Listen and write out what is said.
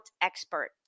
expert